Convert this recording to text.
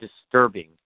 disturbing